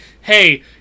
hey